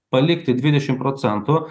palikti dvidešimt procentų